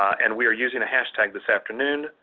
and we are using a hashtag this afternoon,